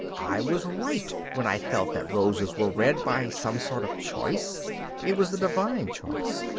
i was right when i felt that roses were red by some sort of choice it was the divine choice.